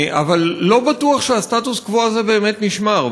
אבל לא בטוח שהסטטוס קוו הזה באמת נשמר,